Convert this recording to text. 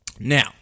Now